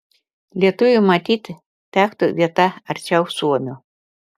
lietuviui matyt tektų vieta arčiau suomio